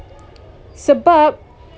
sebab